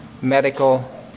medical